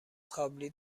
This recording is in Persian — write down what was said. کابلی